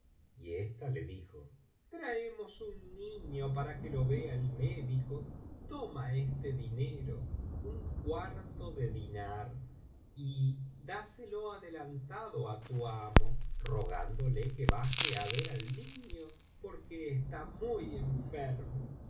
y ésta le dijo traemos un niño para que lo vea el médico toma este dinero un cuarto de diñar y dáselo adelantado á tu amo rogándole que baje á ver al niño porque está muy enfermo